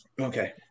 Okay